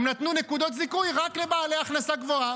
הם נתנו נקודות זיכוי רק לבעלי הכנסה גבוהה.